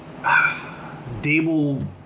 Dable